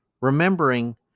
remembering